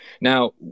Now